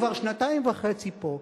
כבר שנתיים וחצי פה,